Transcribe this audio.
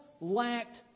lacked